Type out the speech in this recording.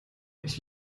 ich